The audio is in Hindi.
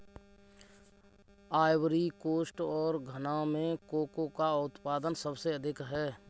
आइवरी कोस्ट और घना में कोको का उत्पादन सबसे अधिक है